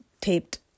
taped